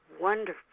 wonderful